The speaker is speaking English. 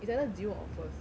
it's either zero or first